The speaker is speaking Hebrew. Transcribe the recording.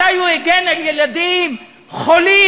מתי הוא הגן על ילדים חולים,